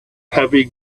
heavy